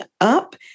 up